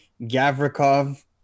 Gavrikov